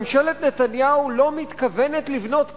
ממשלת נתניהו לא מתכוונת לבנות כלום.